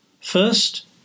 First